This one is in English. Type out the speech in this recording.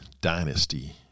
dynasty